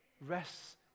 rests